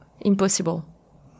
Impossible